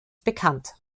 bekannt